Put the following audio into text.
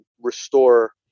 restore